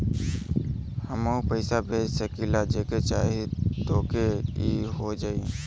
हमहू पैसा भेज सकीला जेके चाही तोके ई हो जाई?